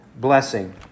blessing